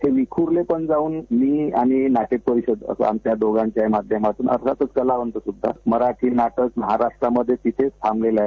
ते विखुरलेपण जाऊन मी आणि नाट्य परिषद अस आमच्या दोघांच्याही माध्यमातनं नाटकांचा कलावंत सुद्धा मराठी नाटक महाराष्ट्रामध्ये तिथंच थांबलेला आहे